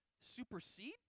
supersede